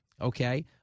Okay